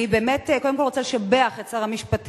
אני באמת קודם כול רוצה לשבח את שר המשפטים,